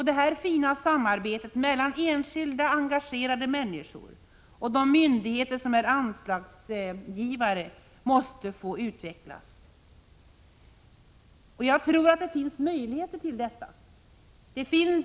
Detta fina samarbete mellan enskilda engagerade människor och de myndigheter som är anslagsgivare måste få utvecklas, och jag tror att det finns möjligheter till detta.